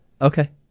Okay